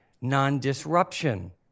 non-disruption